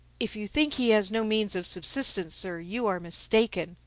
if you think he has no means of subsistence, sir, you are mistaken,